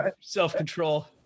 self-control